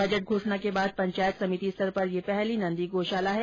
budget घोषणा के बाद पंचायत समिति स्तर पर यह पहली नंदी गौशाला है